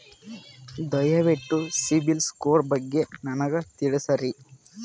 ದಯವಿಟ್ಟು CIBIL score ಬಗ್ಗೆ ನನಗ ತಿಳಸರಿ?